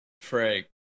Frank